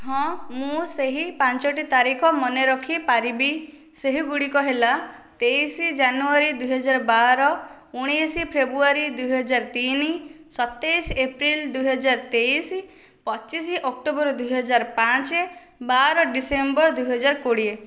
ହଁ ମୁଁ ସେହି ପାଞ୍ଚୋଟି ତାରିଖ ମନେରଖି ପାରିବି ସେହିଗୁଡ଼ିକ ହେଲା ତେଇଶ ଜାନୁଆରୀ ଦୁଇହଜାର ବାର ଉଣେଇଶ ଫେବୃଆରୀ ଦୁଇହଜାର ତିନ ସତେଇସ ଏପ୍ରିଲ ଦୁଇହଜାର ତେଇଶ ପଚିଶ ଅକ୍ଟୋବର ଦୁଇହଜାର ପାଞ୍ଚ ବାର ଡିସେମ୍ବର ଦୁଇହଜାର କୋଡ଼ିଏ